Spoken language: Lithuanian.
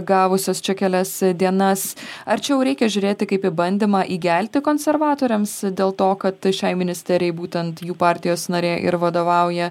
gavusios čia kelias dienas ar čia jau reikia žiūrėti kaip į bandymą įgelti konservatoriams dėl to kad šiai ministerijai būtent jų partijos narė ir vadovauja